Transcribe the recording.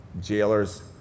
Jailers